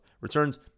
returns